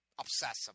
obsessive